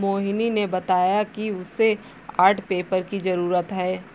मोहिनी ने बताया कि उसे आर्ट पेपर की जरूरत है